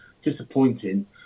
disappointing